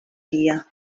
guia